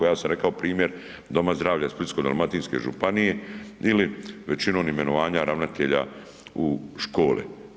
Ja sam rekao primjer Doma zdravlja Splitsko-dalmatinske županije ili većinom imenovanja ravnatelja u škole.